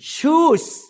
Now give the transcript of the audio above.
Choose